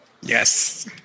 Yes